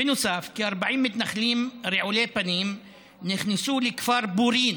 בנוסף, כ-40 מתנחלים רעולי פנים נכנסו לכפר בורין